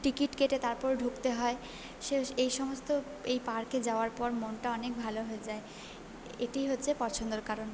ticket কেটে তারপর ঢুকতে হয় শেষ এই সমস্ত এই পার্কে যাওয়ার পর মনটা অনেক ভালো হয়ে যায় এটি হচ্ছে পছন্দর কারণ